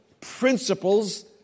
principles